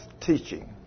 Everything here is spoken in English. teaching